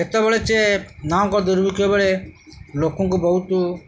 ସେତେବେଳେ ସେ ନଅଙ୍କ ଦୁର୍ଭିକ୍ଷ ବେଳେ ଲୋକଙ୍କୁ ବହୁତୁ